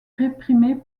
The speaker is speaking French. réprimée